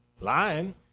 lying